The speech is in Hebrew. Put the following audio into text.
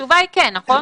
התשובה היא כן, נכון?